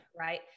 Right